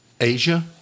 Asia